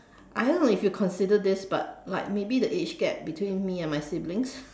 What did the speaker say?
I don't know if you consider this but like maybe the age gap between me and my siblings